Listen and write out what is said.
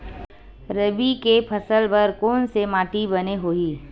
रबी के फसल बर कोन से माटी बने होही?